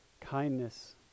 kindness